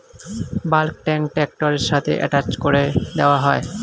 bulk tank ট্র্যাক্টরের সাথে attach করে দেওয়া হয়